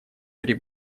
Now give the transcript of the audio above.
при